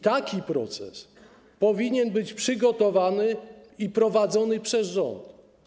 Taki proces powinien być przygotowany i przeprowadzony przez rząd.